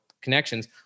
connections